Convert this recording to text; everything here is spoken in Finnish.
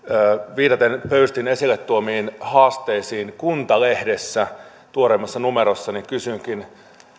viitaten pöystin esille tuomiin haasteisiin kuntalehdessä tuoreimmassa numerossa kysynkin